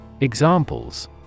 Examples